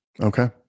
Okay